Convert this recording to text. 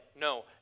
no